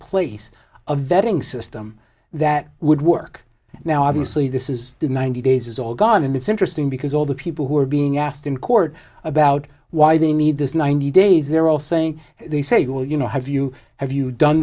place of vetting system that would work now obviously this is the ninety days is all gone and it's interesting because all the people who are being asked in court about why they need this ninety days they're all saying they say well you know have you have you done